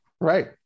right